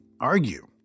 argue